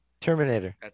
Terminator